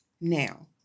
now